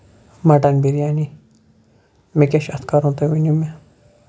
mutton biryani مےٚ کیاہ چھُ اتھ کَرُن تُہۍ ؤنۍ تو مےٚ